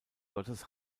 gottes